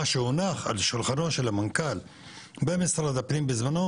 מה שהונח על שולחנו של המנכ"ל במשרד הפנים בזמנו,